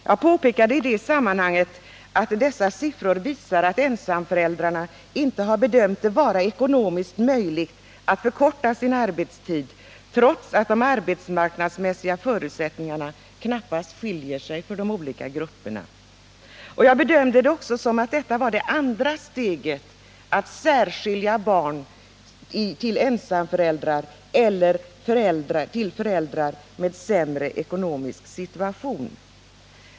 Jag påpekade att dessa siffror visar att ensamföräldrarna inte har bedömt det vara ekonomiskt möjligt att förkorta sin arbetstid, trots att de arbetsmarknadsmässiga förutsättningarna knappast skiljer sig för de olika grupperna. Jag ansåg att detta var det andra steget för att särskilja barn till ensamföräldrar eller barn till föräldrar i en sämre ekonomisk situation.